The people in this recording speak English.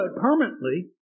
permanently